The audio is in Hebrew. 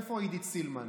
איפה עידית סילמן?